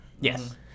Yes